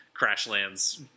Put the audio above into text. Crashlands